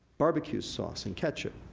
barbecue sauce, and ketchup,